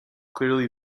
clearly